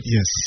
Yes